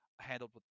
handled